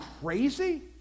crazy